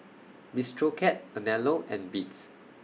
Bistro Cat Anello and Beats